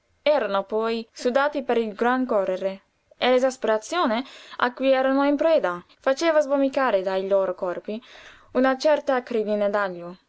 erano poi sudati per il gran correre e l'esasperazione a cui erano in preda faceva sbomicare dai loro corpi una certa acrèdine